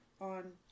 on